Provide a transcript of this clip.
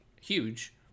huge